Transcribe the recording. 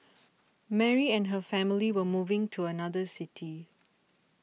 Mary and her family were moving to another city